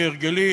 כהרגלי,